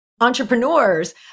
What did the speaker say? entrepreneurs